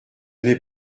n’ai